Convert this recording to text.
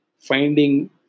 finding